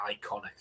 iconic